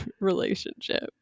relationship